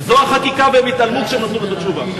זו החקיקה, והם התעלמו כשהם נתנו את התשובה.